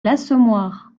l’assommoir